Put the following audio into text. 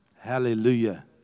Hallelujah